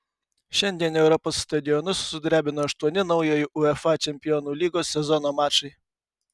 šiandien europos stadionus sudrebino aštuoni naujojo uefa čempionų lygos sezono mačai